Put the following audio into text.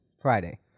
Friday